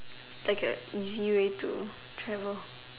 like a easy way to travel